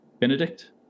Benedict